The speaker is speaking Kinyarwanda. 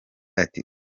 ati